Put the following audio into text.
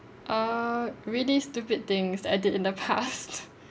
err really stupid things that I did in the past